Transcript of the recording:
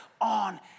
on